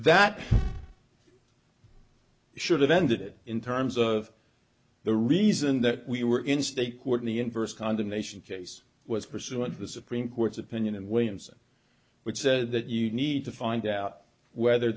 that should have ended it in terms of the reason that we were in state court in the inverse condemnation case was pursuant to the supreme court's opinion in williamson which said that you need to find out whether